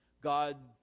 God